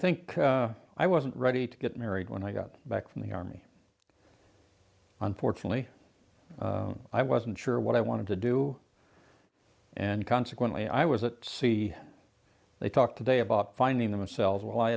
think i wasn't ready to get married when i got back from the army unfortunately i wasn't sure what i wanted to do and consequently i was at sea they talked today about finding themselves w